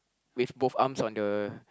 with both arms on the